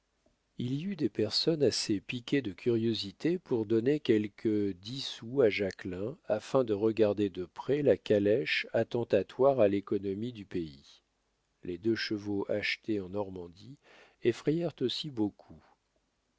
il y eut des personnes assez piquées de curiosité pour donner quelque dix sous à jacquelin afin de regarder de près la calèche attentatoire à l'économie du pays les deux chevaux achetés en normandie effrayèrent aussi beaucoup